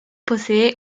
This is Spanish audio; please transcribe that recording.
posee